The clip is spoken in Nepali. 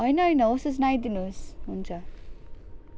होइन होइन होस् होस् नआइदिनुहोस् हुन्छ